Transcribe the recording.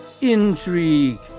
intrigue